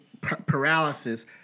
paralysis